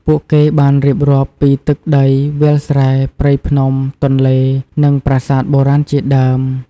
ពួកគេបានរៀបរាប់ពី ទឹកដី វាលស្រែ ព្រៃភ្នំ ទន្លេ និងប្រាសាទបុរាណជាដើម។